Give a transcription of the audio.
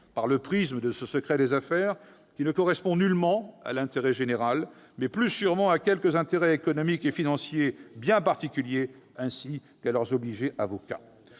par le prisme de ce secret des affaires, qui ne correspond nullement à l'intérêt général, mais qui satisfait plus sûrement quelques intérêts économiques et financiers bien particuliers, ainsi que leurs obligés avocats.